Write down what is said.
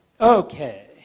Okay